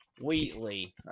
Wheatley